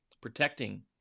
protecting